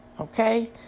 Okay